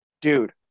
Dude